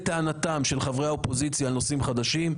טענתם של חברי האופוזיציה על נושאים חדשים,